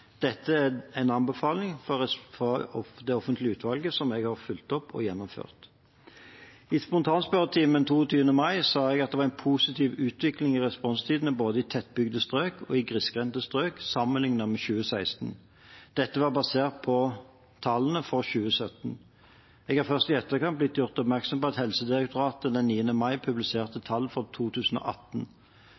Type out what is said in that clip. Dette er en anbefaling fra det offentlige utvalget som jeg har fulgt opp og gjennomført. I spontanspørretimen 22. mai sa jeg at det var en positiv utvikling i responstidene både i tettbygde strøk og i grisgrendte strøk sammenlignet med i 2016. Dette var basert på tallene for 2017. Jeg har først i etterkant blitt gjort oppmerksom på at Helsedirektoratet den 9. mai publiserte tall for 2018.